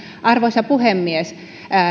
arvoisa puhemies